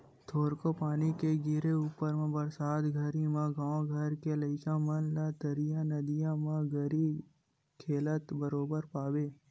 थोरको पानी के गिरे ऊपर म बरसात घरी म गाँव घर के लइका मन ला तरिया नदिया म गरी खेलत बरोबर पाबे